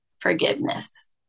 forgiveness